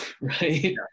right